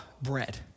bread